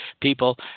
people